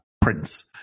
prince